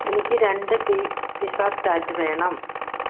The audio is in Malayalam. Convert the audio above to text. എനിക്ക് രണ്ട് പിസ്സ സ്റ്റാറ്റ് വേണം